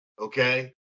okay